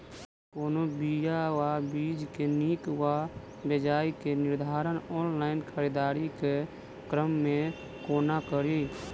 कोनों बीया वा बीज केँ नीक वा बेजाय केँ निर्धारण ऑनलाइन खरीददारी केँ क्रम मे कोना कड़ी?